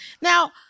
Now